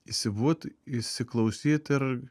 įsibūt įsiklausyt ir